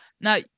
Now